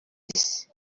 isi